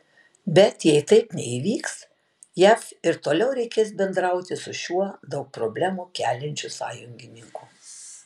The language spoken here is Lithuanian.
bet jei taip neįvyks jav ir toliau reikės bendrauti su šiuo daug problemų keliančiu sąjungininku